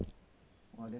orh